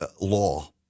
law